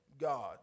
God